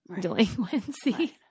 delinquency